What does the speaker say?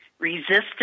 resistance